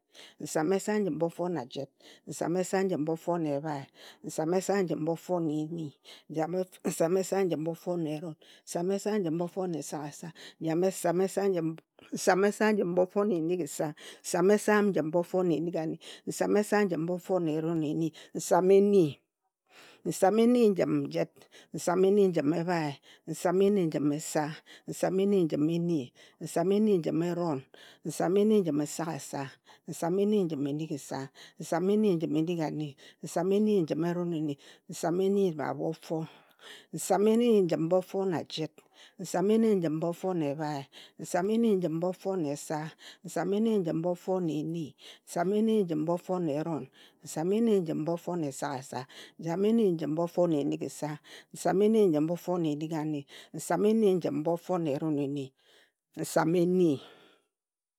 Nsam esa njim bofo na jit, nsam esa njim bofo na ebhae, nsam esa njim bofo na eni nsam esa njim bofo na erom, nsam esa njim bofo na esagasa, nyame nsam esa njim bofo na enigisa, nsam esa njim bofo na enigani, nsam esa njim bofo na eroneni, nsam eni, nsam eni njim jit, nsam eni njim ebhae, nsam eni njim esa, nsam eni njim eni. nsam eni njim eron, nsam eni njim esagasa, nsam eni njim enigisa, nsam eni njim enigani, nsam eni njim eroneni, nsam eni na bofo, nsam eni njim bofo na jit, nsam eni njim bofo na ebhae, nsam eni njim bofo na esa, nsam eni njim bofo na eni, nsam eni njim bofo na eron, nsam eni njim bofo na esagasa, nsam eni njim bofo na enigisa, nsam eni njim bofo na enigani, nsam eni njim bofo na eroneni, nsam eni.